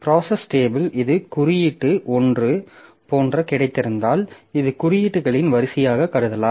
process table இது குறியீட்டு 1 போன்ற கிடைத்திருந்தால் இது குறியீடுகளின் வரிசையாக கருதலாம்